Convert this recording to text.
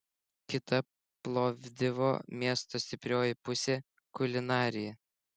kita plovdivo miesto stiprioji pusė kulinarija